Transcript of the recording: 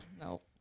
No